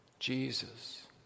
Jesus